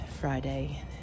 Friday